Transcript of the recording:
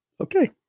okay